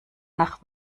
nach